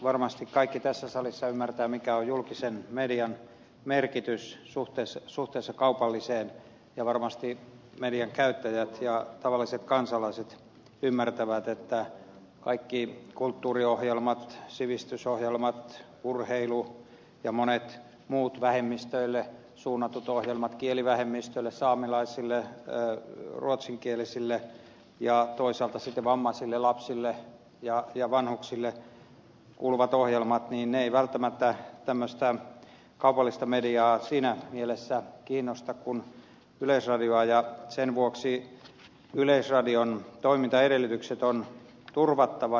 varmasti kaikki tässä salissa ymmärtävät mikä on julkisen median merkitys suhteessa kaupalliseen ja varmasti median käyttäjät ja tavalliset kansalaiset ymmärtävät että kaikki kulttuuriohjelmat sivistysohjelmat urheilu ja monet muut vähemmistöille suunnatut ohjelmat kielivähemmistöille saamelaisille ruotsinkielisille ja toisaalta sitten vammaisille lapsille ja vanhuksille kuuluvat ohjelmat eivät välttämättä tämmöistä kaupallista mediaa siinä mielessä kiinnosta kuin yleisradiota ja sen vuoksi yleisradion toimintaedellytykset on turvattava